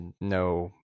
No